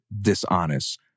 dishonest